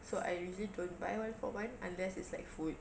so I usually don't buy one for one unless it's like food